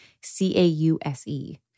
C-A-U-S-E